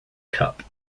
cup